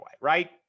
right